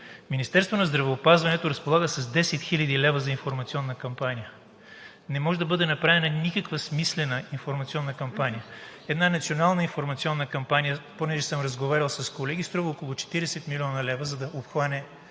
Министерството на здравеопазването разполага с 10 хил. лв. за информационна кампания. Не може да бъде направена никаква смислена информационна кампания. Една национална информационна кампания – понеже съм разговарял с колеги, струва около 40 млн. лв., за да обхване